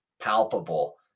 palpable